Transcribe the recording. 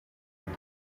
with